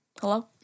Hello